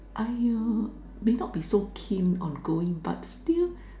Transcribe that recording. I uh may not be so keen on going but still